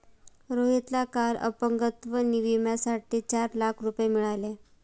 रोहितला काल अपंगत्व विम्यासाठी चार लाख रुपये मिळाले